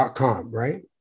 right